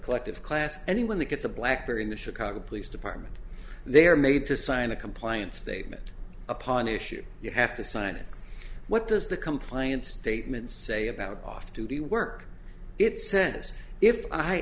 collective class anyone that gets a blackberry in the chicago police department they are made to sign a compliance statement upon issue you have to sign it what does the compliance statement say about off duty work it says if i